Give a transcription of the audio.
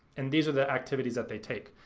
and these are the activities that they take.